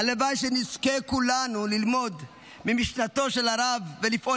הלוואי שנזכה כולנו ללמוד ממשנתו של הרב ולפעול